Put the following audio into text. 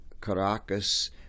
Caracas